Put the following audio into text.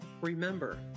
Remember